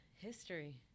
History